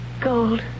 Gold